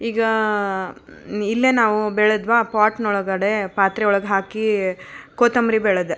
ಈಗ ಇಲ್ಲೇ ನಾವು ಬೆಳೆದ್ವ ಪಾಟ್ನೊಳಗಡೆ ಪಾತ್ರೆ ಒಳಗೆ ಹಾಕಿ ಕೊತ್ತಂಬರಿ ಬೆಳೆದೆ